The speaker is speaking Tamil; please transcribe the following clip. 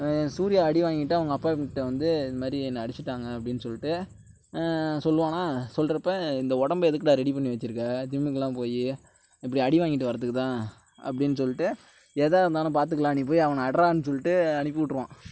சூர்யா அடி வாங்கிகிட்டு அவங்க அப்பாவை கூப்பிட்டு வந்து இது மாதிரி என்னை அடிச்சுட்டாங்க அப்படின்னு சொல்லிவிட்டு சொல்வானா சொல்கிறப்ப இந்த உடம்பு எதுக்குடா ரெடி பண்ணி வெச்சுருக்க ஜிம்முக்கெல்லாம் போய் இப்படி அடி வாங்கிட்டு வரதுக்குதான் அப்படின்னு சொல்லிவிட்டு எதாக இருந்தாலும் பார்த்துக்கலாம் நீ போய் அவனை அட்றான்னு சொல்லிட்டு அனுப்பி விட்ருவான்